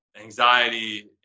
anxiety